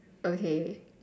okay